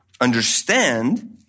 understand